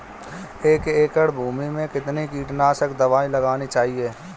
एक एकड़ भूमि में कितनी कीटनाशक दबाई लगानी चाहिए?